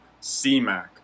C-Mac